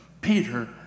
Peter